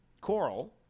Coral